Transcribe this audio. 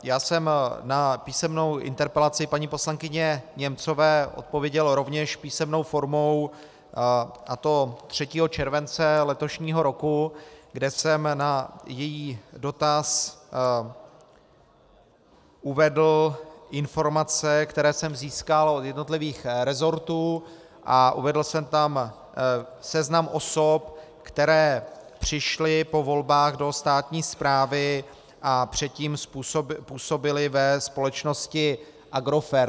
Já jsem na písemnou interpelaci paní poslankyně Němcové odpověděl rovněž písemnou formou, a to 3. července letošního roku, kde jsem na její dotaz uvedl informace, které jsem získal od jednotlivých rezortů, a uvedl jsem tam seznam osob, které přišly po volbách do státní správy a předtím působily ve společnosti Agrofert.